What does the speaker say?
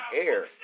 air